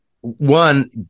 one